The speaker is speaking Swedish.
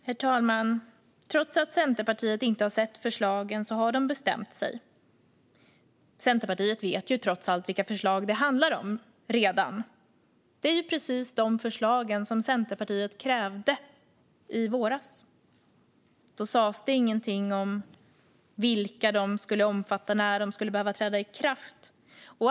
Herr talman! Trots att Centerpartiet inte har sett förslagen har de bestämt sig. Centerpartiet vet trots allt redan vilka förslag det handlar om. Det är precis de förslag som Centerpartiet krävde i våras. Då sas det ingenting om vilka de skulle omfatta och när de skulle behöva träda i kraft.